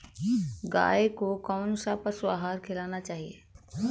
गाय को कौन सा पशु आहार खिलाना चाहिए?